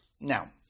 Now